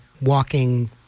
walking